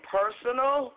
personal